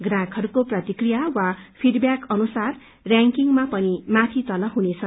प्राहकहरूको प्रतिक्रिया वा फीडब्याक अनुसार रयाकिकमा पनि माथि तल हुनेछ